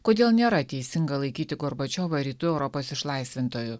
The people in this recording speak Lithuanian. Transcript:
kodėl nėra teisinga laikyti gorbačiovą rytų europos išlaisvintoju